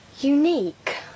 unique